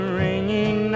ringing